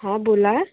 हा बोला